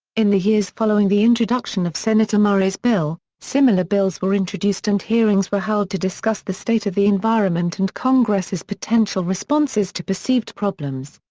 in the years following the introduction of senator murray's bill, similar bills were introduced and hearings were held to discuss the state of the environment and congress's potential responses to perceived problems.